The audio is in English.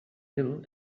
hill